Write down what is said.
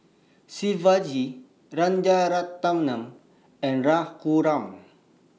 Shivaji Rajaratnam and Raghuram